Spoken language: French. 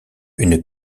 une